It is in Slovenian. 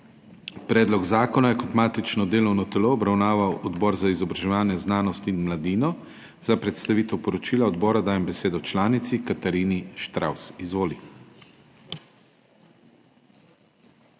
Predlog zakona je kot matično delovno telo obravnaval Odbor za izobraževanje, znanost in mladino. Za predstavitev poročila odbora dajem besedo članici Katarini Štravs. Izvoli.